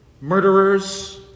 Murderers